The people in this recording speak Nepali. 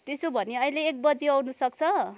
त्यसो हो भने अहिले एक बजी आउनुसक्छ